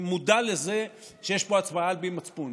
אני מודע לזה שיש פה הצבעה על פי מצפון.